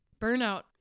burnout